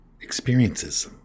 Experiences